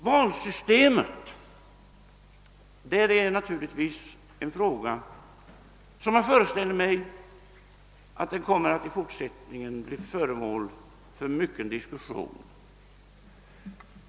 Valsystemet är naturligtvis en fråga som i fortsättningen kommer att bli föremål för livlig diskussion.